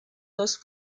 dos